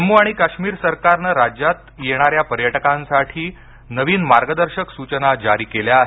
जम्मू आणि काश्मीर सरकारनं राज्यात येणाऱ्या पर्यटकांसाठी नवीन मार्गदर्शक सूचना जारी केल्या आहेत